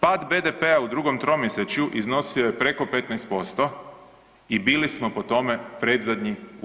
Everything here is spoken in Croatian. Pad BDP-a u drugom tromjesečju iznosio je preko 15% i bili smo po tome predzadnji u EU.